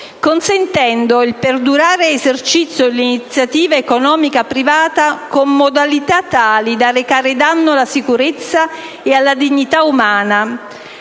consentendo il perdurante esercizio dell'iniziativa economica privata con modalità tali da recare danno alla sicurezza ed alla dignità umana,